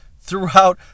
throughout